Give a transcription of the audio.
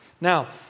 Now